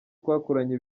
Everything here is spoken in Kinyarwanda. twakoranye